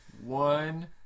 One